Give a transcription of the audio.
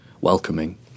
welcoming